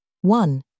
One